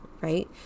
right